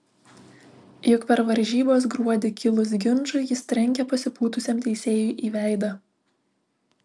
juk per varžybas gruodį kilus ginčui jis trenkė pasipūtusiam teisėjui į veidą